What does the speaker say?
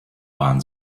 waren